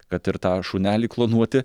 kad ir tą šunelį klonuoti